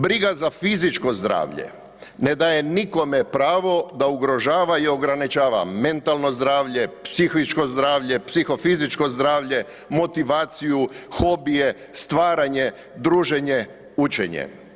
Briga za fizičko zdravlje ne daje nikome pravo da ugrožava i ograničava mentalno zdravlje, psihičko zdravlje, psihofizičko zdravlje, motivaciju, hobije, stvaranje, druženje, učenje.